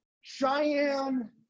Cheyenne